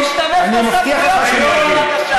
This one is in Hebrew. תשתמש בסמכויות שלך.